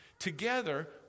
Together